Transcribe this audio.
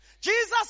Jesus